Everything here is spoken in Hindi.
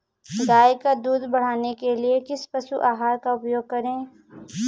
गाय का दूध बढ़ाने के लिए किस पशु आहार का उपयोग करें?